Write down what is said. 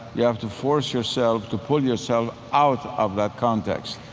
you have to force yourself to pull yourself out of that context.